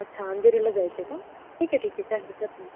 अच्छा अंधेरीला जायचं आहे कां ठीक आहे ठीक आहे काही हरकत नाही